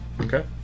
Okay